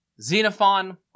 Xenophon